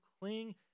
cling